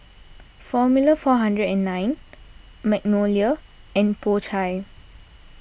formula four hundred and nine Magnolia and Po Chai